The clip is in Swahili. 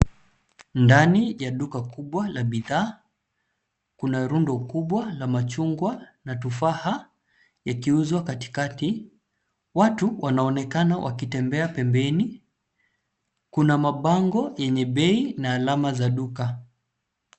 Ndani ya duka kubwa ya bidhaa, kuna rundo kubwa la machungwa na tufaha yakiuzwa katikati. Watu wanaonekana wakitembea pembeni. Kuna mabango yenye bei na alama za duka.